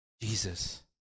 Jesus